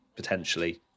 Potentially